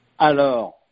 Alors